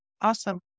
awesome